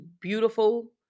beautiful